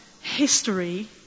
history